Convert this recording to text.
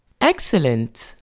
Excellent